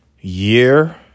Year